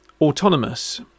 autonomous